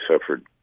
suffered